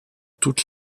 toutes